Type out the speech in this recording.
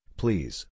please